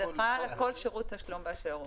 זה חל על כל שירות תשלום באשר הוא,